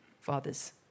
fathers